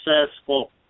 successful